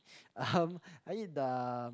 um I eat the